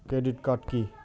Credit card key?